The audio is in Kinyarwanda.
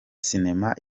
sinema